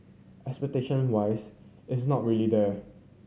expectation wise it's not really there